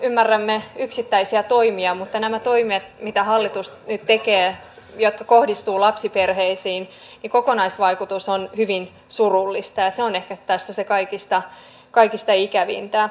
ymmärrämme yksittäisiä toimia mutta näiden toimien jotka kohdistuvat lapsiperheisiin mitä hallitus nyt tekee kokonaisvaikutus on hyvin surullinen ja se on ehkä tässä kaikista ikävintä